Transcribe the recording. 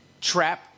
trap